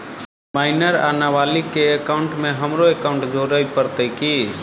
Minor वा नबालिग केँ एकाउंटमे हमरो एकाउन्ट जोड़य पड़त की?